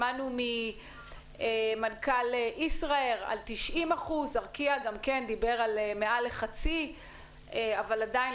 שמענו ממנכ"ל ישראייר על 90%. ארקיע גם כן דיבר על מעל לחצי אבל עדין,